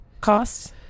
costs